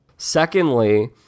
Secondly